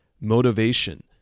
motivation